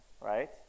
right